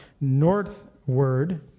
northward